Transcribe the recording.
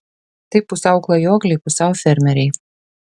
tai pusiau klajokliai pusiau fermeriai